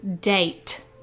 date